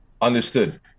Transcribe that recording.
Understood